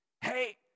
Hey